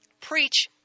preach